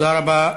תודה רבה.